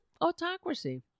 autocracy